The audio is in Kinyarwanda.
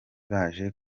baje